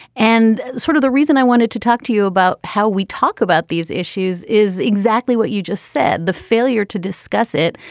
and sort of the reason i wanted to talk to you about how we talk about these issues is exactly what you just said. the failure to discuss it,